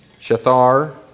Shathar